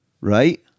right